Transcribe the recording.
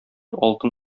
алтын